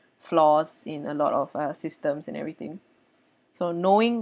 flaws in a lot of uh systems and everything so knowing